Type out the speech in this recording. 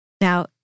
Now